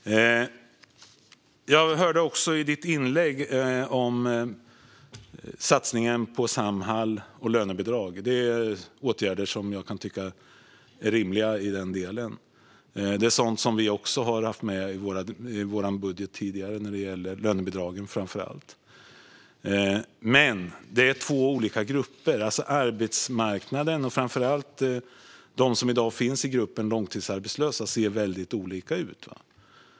Jag hörde också i ditt inlägg, Christian, om satsningen på Samhall och lönebidrag. Det är åtgärder som jag kan tycka är rimliga. Det är sådant som vi har haft med i vår budget tidigare, framför allt lönebidrag. Men det är två olika grupper. Arbetsmarknaden och framför allt de som i dag finns i gruppen långtidsarbetslösa ser annorlunda ut.